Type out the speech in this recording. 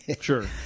sure